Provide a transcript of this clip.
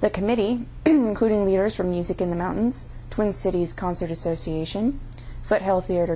the committee including leaders from music in the mountains twin cities concert association but healthier